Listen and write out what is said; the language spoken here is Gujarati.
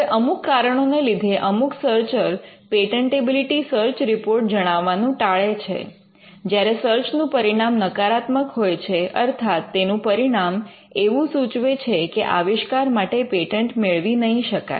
હવે અમુક કારણોને લીધે અમુક સર્ચર પેટન્ટેબિલિટી સર્ચ રિપોર્ટ જણાવવાનું ટાળે છે જ્યારે સર્ચ નું પરિણામ નકારાત્મક હોય છે અર્થાત તેનું પરિણામ એવું સૂચવે છે કે આવિષ્કાર માટે પેટન્ટ મેળવી નહીં શકાય